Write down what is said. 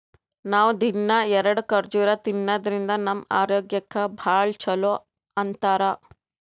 ನಾವ್ ದಿನ್ನಾ ಎರಡ ಖರ್ಜುರ್ ತಿನ್ನಾದ್ರಿನ್ದ ನಮ್ ಆರೋಗ್ಯಕ್ ಭಾಳ್ ಛಲೋ ಅಂತಾರ್